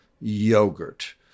Yogurt